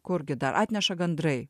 kurgi dar atneša gandrai